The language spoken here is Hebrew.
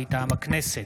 אברהם בצלאל,